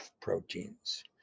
proteins